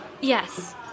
Yes